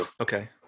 Okay